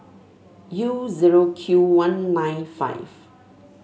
U zero Q one nine five